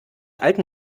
alten